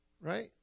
Right